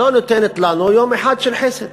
לא נותנת לנו יום אחד של חסד.